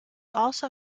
also